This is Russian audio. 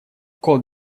кот